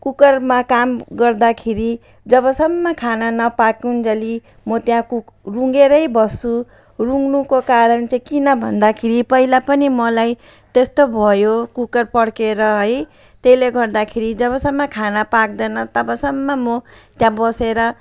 कुकरमा काम गर्दाखेरि जबसम्म खाना नपाकुन्जेल म त्यहाँ कुकर रुँगेरै बस्छु रुङ्नुको कारण चाहिँ किन भन्दाखेरि पहिला पनि मलाई त्यस्तो भयो कुकर पड्केर है त्यसले गर्दाखेरि जबसम्म खाना पाक्दैन तबसम्म म त्यहाँ बसेर